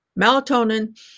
Melatonin